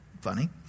funny